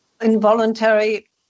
involuntary